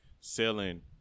selling